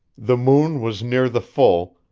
the moon was near the full,